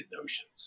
notions